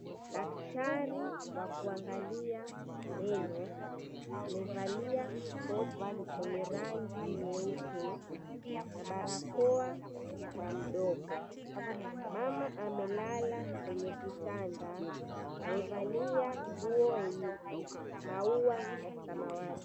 Daktari wa kuangalia meno amevalia koti lenye rangi nyeupe na barakoa kwa mdomo. Mama amelala kwenye kitanda alivalia nguo yenye maua ya samawati.